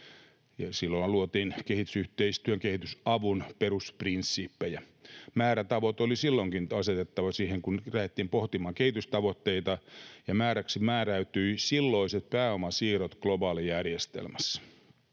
Silloinhan luotiin kehitysyhteistyön, kehitysavun perusprinsiippejä. Määrätavoite oli silloinkin asetettava siihen, kun lähdettiin pohtimaan kehitystavoitteita, ja määräksi määräytyivät silloiset pääomasiirrot globaalijärjestelmässä.